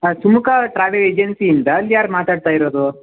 ಹಾಂ ಸುಮುಖ ಟ್ರಾವೆಲ್ ಏಜೆನ್ಸಿಯಿಂದ ಅಲ್ಲಿ ಯಾರು ಮಾತಾಡ್ತ ಇರೋದು